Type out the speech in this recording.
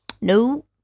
No